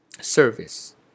service